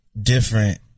different